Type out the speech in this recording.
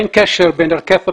אין קשר בין היקף הפרויקט,